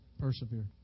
persevere